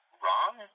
wrong